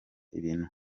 ibintu